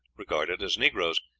regarded as negroes.